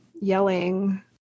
yelling